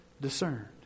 discerned